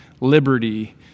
liberty